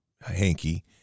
hanky